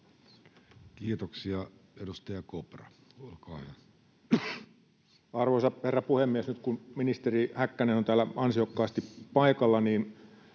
Time: 15:02 Content: Arvoisa herra puhemies! Nyt kun ministeri Häkkänen on täällä ansiokkaasti paikalla, niin